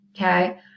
Okay